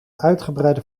uitgebreide